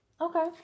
Okay